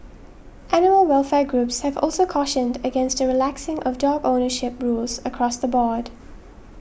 animal welfare groups have also cautioned against a relaxing of dog ownership rules across the board